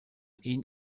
ihn